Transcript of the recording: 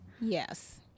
Yes